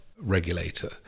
regulator